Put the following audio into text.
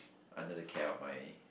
under the care of my